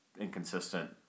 inconsistent